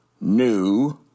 New